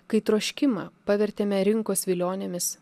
kai troškimą pavertėme rinkos vilionėmis